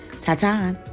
Ta-ta